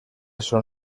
són